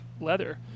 Leather